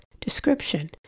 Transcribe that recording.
description